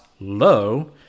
low